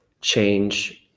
change